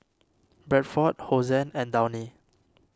Bradford Hosen and Downy